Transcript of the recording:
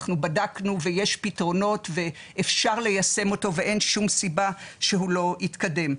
אנחנו בדקנו ויש פתרונות ואפשר ליישם אותו ואין שום סיבה שהוא לא יתקדם.